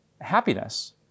happiness